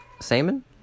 Salmon